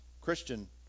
christian